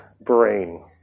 brain